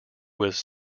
was